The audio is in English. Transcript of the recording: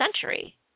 century